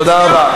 תודה רבה.